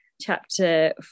chapter